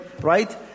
right